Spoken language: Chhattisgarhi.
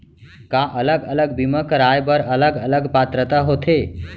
का अलग अलग बीमा कराय बर अलग अलग पात्रता होथे?